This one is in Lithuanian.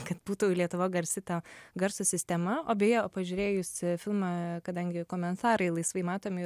kad būtų lietuva garsi ta garso sistema o beje pažiūrėjus filmą kadangi komentarai laisvai matomi